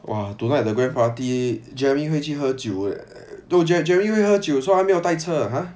!wah! tonight the grand party jeremy 会去喝酒 no je~ jeremy 会喝酒 so 他没有带车